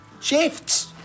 Shifts